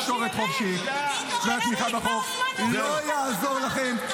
תקשורת חופשית ------ נגמר הזמן --- לא יעזור לכם,